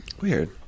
Weird